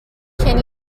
can